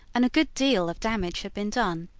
and a good deal of damage had been done.